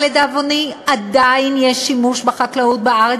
לדאבוני עדיין יש שימוש בחקלאות בארץ